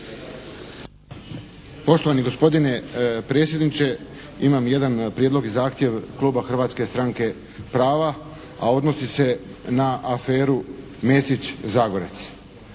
Poštovani gospodine predsjedniče! Imam jedan prijedlog i zahtjev kluba Hrvatske stranke prava, a odnosi se na aferu Mesić-Zagorec.